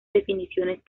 definiciones